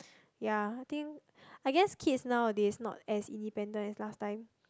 ya I think I guess kids nowadays not as independent as last time